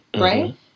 right